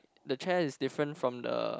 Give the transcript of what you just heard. the chair is different from the